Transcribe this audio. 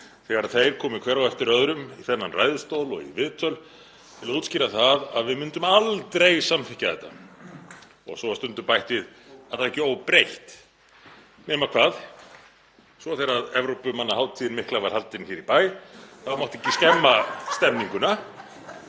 þegar þeir komu hver á eftir öðrum í þennan ræðustól og í viðtöl til að útskýra að við myndum aldrei samþykkja þetta. Svo var stundum bætt við: alla vega ekki óbreytt. Nema hvað, svo þegar Evrópumannahátíðin mikla var haldin hér í bæ þá mátti ekki skemma stemninguna